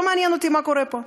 לא מעניין אותי מה קורה פה,